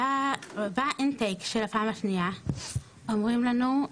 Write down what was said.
--- של הפעם השנייה אומרים לנו,